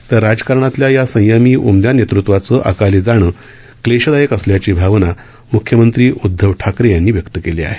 तर राजकारणातल्या या संयमी उमद्या नेतृत्वाचं अकाली जाणं क्लेशदायक असल्याची भावना मुख्यमंत्री उद्धव ठाकरे यांनी व्यक्त केली आहे